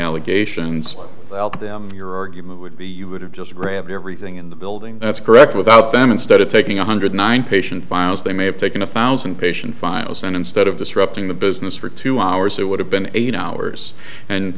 allegations your argument would be you would have just grabbed everything in the building that's correct without them instead of taking one hundred nine patient files they may have taken a thousand patient files and instead of disrupting the business for two hours it would have been eight hours and